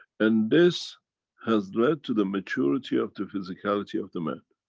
and this has led to the maturity of the physicality of the man,